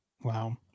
Wow